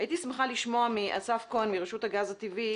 הייתי שמחה לשמוע מאסף כהן מרשות הגז הטבעי